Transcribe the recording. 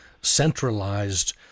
centralized